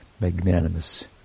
magnanimous